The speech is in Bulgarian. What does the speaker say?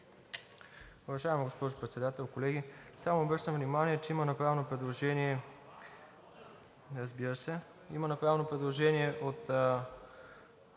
Уважаема госпожо Председател, колеги! Само обръщам внимание, че има направено предложение от